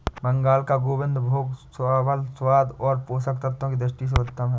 बंगाल का गोविंदभोग चावल स्वाद और पोषक तत्वों की दृष्टि से उत्तम है